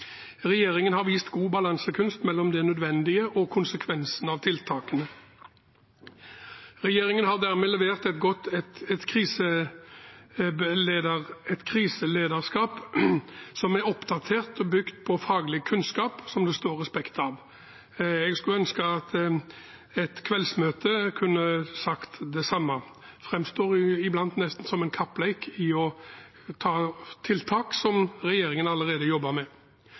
Regjeringen har vist god balansekunst mellom det nødvendige og konsekvensene av tiltakene. Regjeringen har dermed levert et kriselederskap som er oppdatert og bygd på faglig kunnskap som det står respekt av. Jeg skulle ønske at et kveldsmøte kunne sagt det samme. Det framstår iblant nesten som en kappleik i å komme med tiltak som regjeringen allerede jobber med.